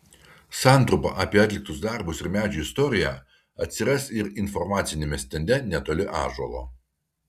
santrumpa apie atliktus darbus ir medžio istoriją atsiras ir informaciniame stende netoli ąžuolo